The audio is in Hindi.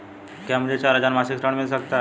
क्या मुझे चार हजार मासिक ऋण मिल सकता है?